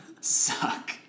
Suck